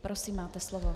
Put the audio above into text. Prosím, máte slovo.